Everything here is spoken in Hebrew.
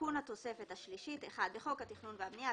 תיקון התוספת השלישית בחוק התכנון והבנייה,